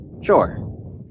sure